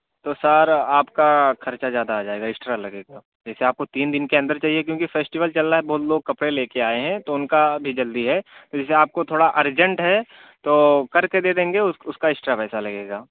تو سر آپ کا خرچہ زیادہ آ جائے گا ایکسٹرا لگے گا جیسے آپ کو تین دن کے اندر چاہیے کیونکہ فیسٹیول چل رہا ہے بہت لوگ کپڑے لے کے آئیں ہیں تو ان کا بھی جلدی ہے جیسے آپ کو تھوڑا ارجینٹ ہے تو کر کے دے دیں گے اس کا ایکسٹرا پیسہ لگے گا